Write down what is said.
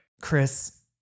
Chris